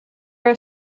are